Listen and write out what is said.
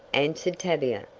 answered tavia,